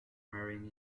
marine